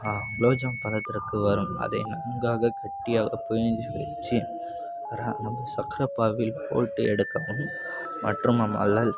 குலோப் ஜாம் பதத்திற்கு வரும் அதை நன்றாக கெட்டியாக பிழிஞ்சி சர்க்கரப் பாகில் போட்டு எடுக்கவும் மற்றும்